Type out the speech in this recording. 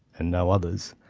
and no others,